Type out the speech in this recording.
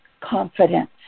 confidence